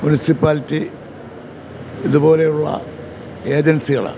municipality ഇതുപോലെയുള്ള ഏജൻസികളാണ്